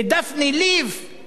את האחריות למוות.